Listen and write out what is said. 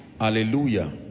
Hallelujah